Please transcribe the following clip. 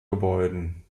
gebäuden